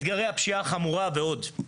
אתגרי הפשיעה החמורה ועוד.